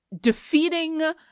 defeating